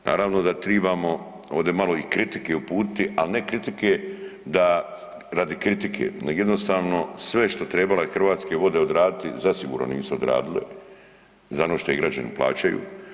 Naravno da tribamo ovde malo i kritike uputiti, al ne kritike da, radi kritike, neg jednostavno sve što trebalo je Hrvatske vode odraditi, zasigurno nisu odradili, za ono što ih građani plaćaju.